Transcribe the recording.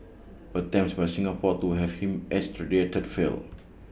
attempts by Singapore to have him extradited failed